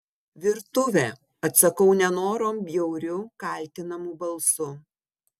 virtuvė atsakau nenorom bjauriu kaltinamu balsu